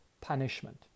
punishment